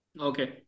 Okay